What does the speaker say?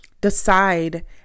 decide